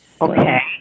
Okay